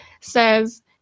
Says